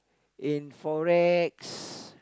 in Forex